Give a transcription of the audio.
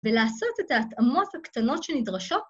ולעשות את ההתאמות הקטנות שנדרשות.